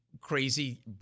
crazy